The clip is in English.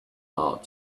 art